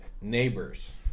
neighbors